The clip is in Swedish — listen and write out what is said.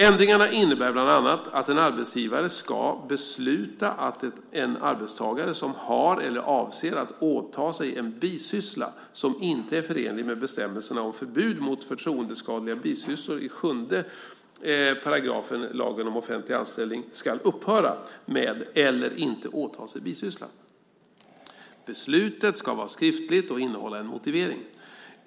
Ändringarna innebär bland annat att en arbetsgivare ska besluta att en arbetstagare som har eller avser att åta sig en bisyssla som inte är förenlig med bestämmelsen om förbud mot förtroendeskadliga bisysslor i 7 § lagen om offentlig anställning ska upphöra med eller inte åta sig bisysslan. Beslutet ska vara skriftligt och innehålla en motivering.